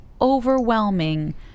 overwhelming